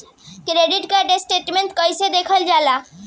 Credit card statement कइसे देखल जाला?